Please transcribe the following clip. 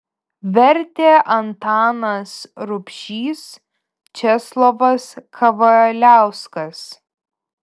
vertė antanas rubšys česlovas kavaliauskas